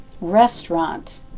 restaurant